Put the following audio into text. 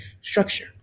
structure